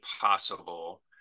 possible